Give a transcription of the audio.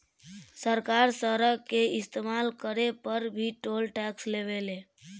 सरकार सड़क के इस्तमाल करे पर भी टोल टैक्स लेवे ले